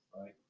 right